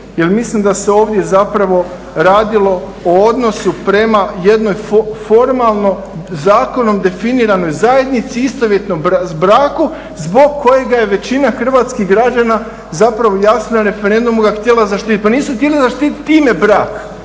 jer mislim da se ovdje zapravo radilo o odnosu prema jednoj formalno zakonom definiranoj zajednici istovjetnoj braku zbog kojega je većina hrvatskih građana zapravo jasno na referendumu ga htjela zaštititi. Pa nisu htjeli zaštititi ime brak,